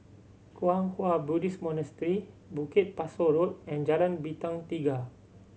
Kwang Hua Buddhist Monastery Bukit Pasoh Road and Jalan Bintang Tiga